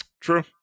True